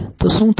તો શું થશે